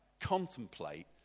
contemplate